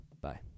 Bye